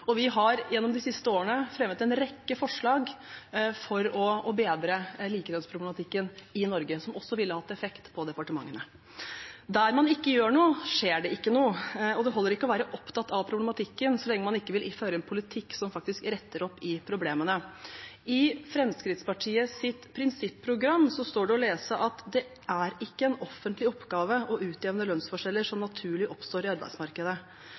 bedre likelønnsproblematikken i Norge som også ville hatt effekt for departementene. Der man ikke gjør noe, skjer det ikke noe, og det holder ikke å være opptatt av problematikken så lenge man ikke vil føre en politikk som faktisk retter opp i problemene. I Fremskrittspartiets prinsipprogram står det å lese at det ikke er en offentlig oppgave å utjevne lønnsforskjeller som naturlig oppstår i arbeidsmarkedet.